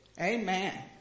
Amen